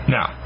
Now